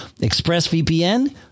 ExpressVPN